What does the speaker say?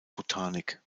botanik